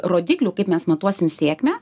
rodiklių kaip mes matuosim sėkmę